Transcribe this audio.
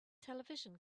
television